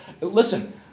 listen